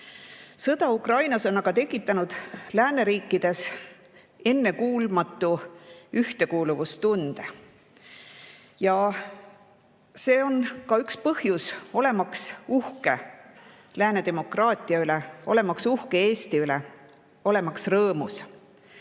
Sõda Ukrainas on aga tekitanud lääneriikides ennekuulmatu ühtekuuluvustunde ja see on üks põhjus olla uhke lääne demokraatia üle, olla uhke Eesti üle, olla rõõmus. Sellist